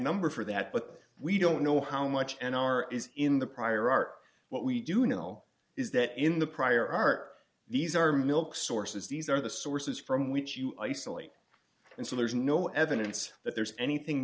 number for that but we don't know how much and are is in the prior art what we do know is that in the prior art these are milk sources these are the sources from which you isolate and so there's no evidence that there's anything